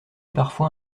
parfois